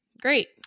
Great